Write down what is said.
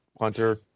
Hunter